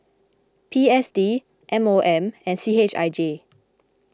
P S D M O M and C H I J